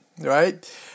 right